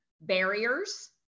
barriers